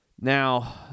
Now